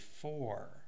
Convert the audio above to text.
four